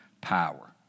power